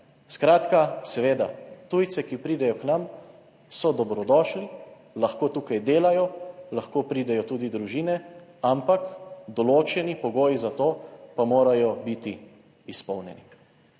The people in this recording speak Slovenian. Skratka, seveda, tujci, ki pridejo k nam, so dobrodošli, lahko tukaj delajo, lahko pridejo tudi družine, ampak določeni pogoji za to pa morajo biti izpolnjeni.